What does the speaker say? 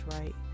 right